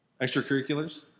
Extracurriculars